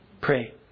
pray